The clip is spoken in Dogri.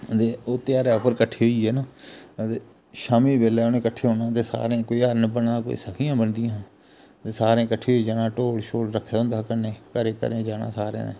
ते ओह् तेहारा पर कट्ठे होइयै ना ते शामी बेल्ले उ'नें कट्ठे होना ते सारें कोई हर्ण बना दा कोई सखियां बनदी आं हा ते सारें कट्ठे होइयै जाना ढोल शोल रक्खे दा हुंदा हा कन्नै घरें घरें जाना सारें दे